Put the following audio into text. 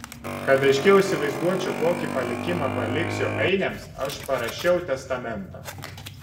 kad aiškiau įsivaizduočiau kokį palikimą paliksiu ainiams aš parašiau testamentą